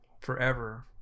forever